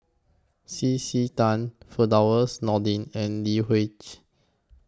C C Tan Firdaus Nordin and Lee